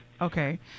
okay